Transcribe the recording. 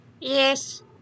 Yes